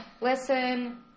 Listen